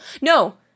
No